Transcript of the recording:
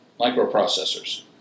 microprocessors